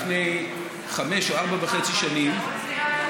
לפני חמש שנים או ארבע שנים וחצי,